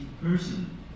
person